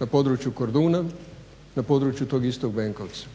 na području Korduna na području tog istog Benkovca.